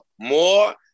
more